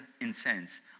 incense